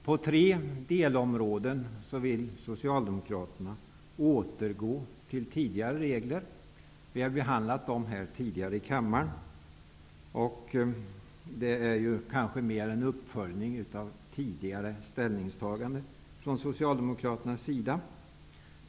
På tre delområden vill Socialdemokraterna återgå till tidigare regler. Vi har behandlat dem tidigare här i kammaren. Det är kanske mer en uppföljning av tidigare ställningstaganden från Socialdemokraternas sida.